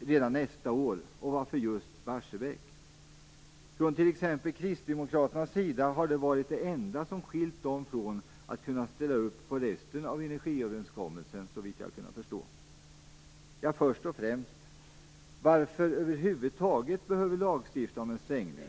redan nästa år och varför det just skall vara Barsebäck. Från t.ex. kristdemokraternas sida har det varit det enda som skiljt dem från att kunna ställa upp resten av energiöverenskommelsen, såvitt jag har kunnat förstå. Först och främst: Varför över huvud taget lagstifta om en stängning?